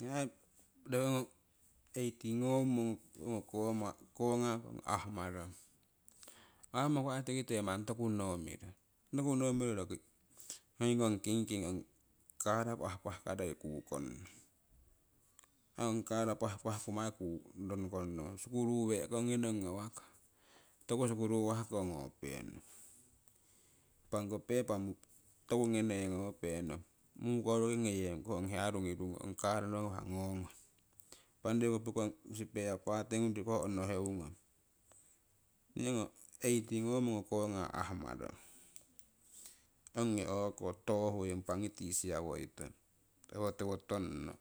Nii aii roki eighti ngongmo ongo koma kongako ahmarong ahmaku ai tikite manni tokuno mirong, toku noo miro roki hoiki ngong kingkingi ong kara pahpahkarei kukongnong. Aii ong kara pahpahkummo nokongnong sukuruwe' kongi nong ngawamong toku sukuruwahkiko ngopehhnong impah ongko pepa toku ngone ngopenong muukourukii ngoyengkong ho ong hiya rungirungong ong kara nowo ngawah ngongong. Impah ong riku spare part ho riku onoheunong. Nii eghti ngomo ongo konga ahmarong ongii o'ko toohuii impah ongi tisia woitong owo tiwo tongno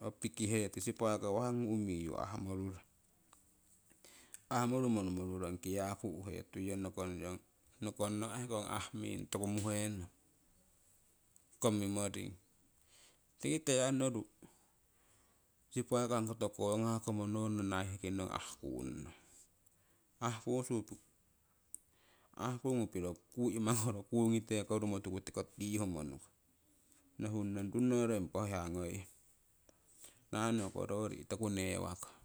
ho pikihetii sipakawah ummiyu ahmorurong ahmorumo nomorurong kiayaku hu'hetuiyong nokongnong aii ehkong ahming aii tokumuhenong komimoring. Tiki te aii noru sipakawah ongi koto kongako monono naiheki nong ahhkungnong ahhkushu ahkungu piro imakoro kuugite korumo tuuku toko tiihumonong nohunnong runoro impa ho hiya ngoihe nahahno hoko rori' toku newakong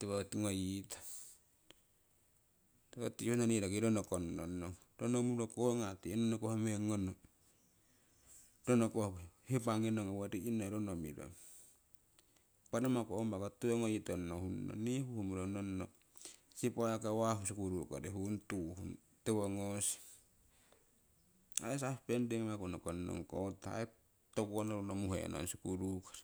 tiwo ngoyee tong tiwo tihunno nii roki rono konnong nong rono muro konga ti ronokoh meng ngono ronnokoh hipangii nong owo ri'nono rono mirong impah namaku ongwako tiwo ngoyii tong nii huhumuro nonno sipakawah sukurukori huung tiwo goohnong ai suspending ngamaku nokongnong kotah aii tokuko noruno muhenong sukurukori